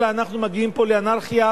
אלא אנחנו מגיעים פה לאנרכיה,